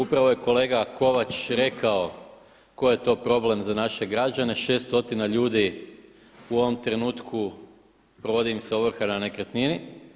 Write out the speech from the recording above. Upravo je kolega Kovač rekao koji je to problem za naše građane, 6 stotina ljudi u ovom trenutku provodi im se ovrha na nekretnini.